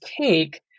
take